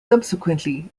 subsequently